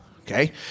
okay